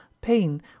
pain